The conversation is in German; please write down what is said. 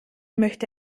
möchte